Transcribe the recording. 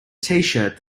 tshirt